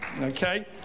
Okay